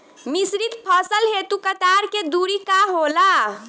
मिश्रित फसल हेतु कतार के दूरी का होला?